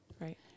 right